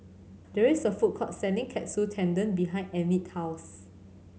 there is a food court selling Katsu Tendon behind Enid's house